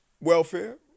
Welfare